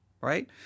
Right